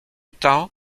temps